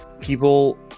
people